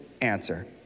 answer